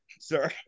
sir